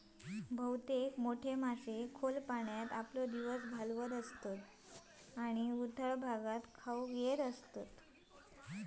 बहुतेक मोठे मासे खोल पाण्यात आपलो दिवस घालवतत आणि उथळ भागात खाऊक येतत